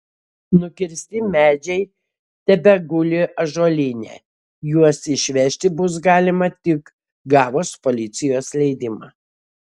nukirsti medžiai tebeguli ąžuolyne juos išvežti bus galima tik gavus policijos leidimą